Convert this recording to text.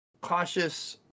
cautious